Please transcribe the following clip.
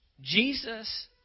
Jesus